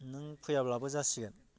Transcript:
नों फैयाब्लाबो जासिगोन